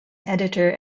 editor